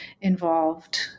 involved